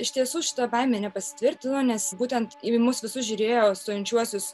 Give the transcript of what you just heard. iš tiesų šita baimė nepasitvirtino nes būtent į mus visus žiūrėjo stojančiuosius